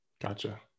Gotcha